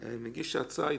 ומגיש ההצעה ידברו בסוף,